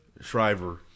shriver